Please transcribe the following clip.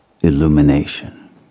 illumination